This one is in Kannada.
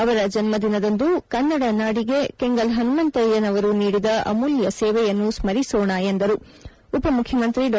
ಅವರ ಜನ್ನ ದಿನದಂದು ಕನ್ನಡ ನಾಡಿಗೆ ಕೆಂಗಲ್ ಪನುಮಂತಯ್ಲನವರು ನೀಡಿದ ಅಮೂಲ್ಯ ಸೇವೆಯನ್ನು ಸ್ನರಿಸೋಣ ಎಂದರುಉಪಮುಖ್ಯಮಂತ್ರಿ ಡಾ